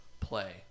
play